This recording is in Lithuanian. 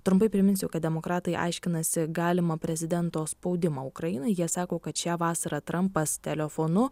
trumpai priminsiu kad demokratai aiškinasi galimą prezidento spaudimą ukrainai jie sako kad šią vasarą trampas telefonu